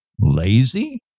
lazy